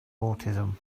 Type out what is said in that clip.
autism